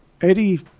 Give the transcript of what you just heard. Eddie